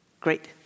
Great